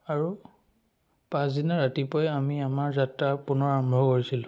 আৰু পাঁচদিনা ৰাতিপুৱাই আমি আমাৰ যাত্ৰা পুনৰ আৰম্ভ কৰিছিলোঁ